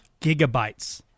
gigabytes